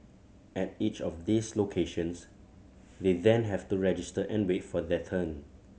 at each of these locations they then have to register and wait for their turn